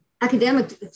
academic